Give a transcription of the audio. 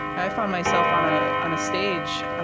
i found myself on a on a stage,